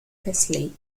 paisley